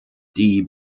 die